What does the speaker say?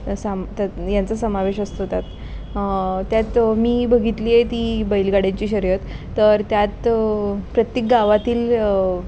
असा त्यात यांचा समावेश असतो त्यात त्यात मी बघितली आहे ती बैलगाड्यांची शर्यत तर त्यात प्रत्येक गावातील